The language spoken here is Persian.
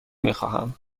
میخواهم